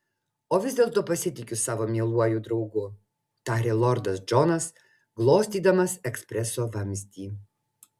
o vis dėlto pasitikiu savo mieluoju draugu tarė lordas džonas glostydamas ekspreso vamzdį